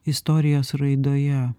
istorijos raidoje